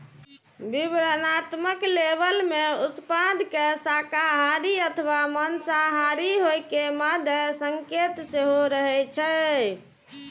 विवरणात्मक लेबल मे उत्पाद के शाकाहारी अथवा मांसाहारी होइ के मादे संकेत सेहो रहै छै